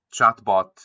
chatbot